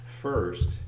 First